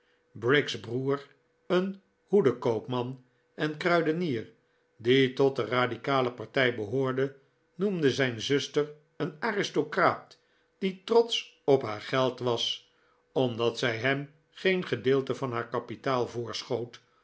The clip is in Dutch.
briggs broer een hoedenkoopman en kruidenier die tot de radicale partij behoorde noemde zijn zuster een aristocraat die trotsch op haar geld was orndat zij hem geen gedeelte van haar kapitaal voorschoot